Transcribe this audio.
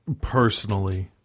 personally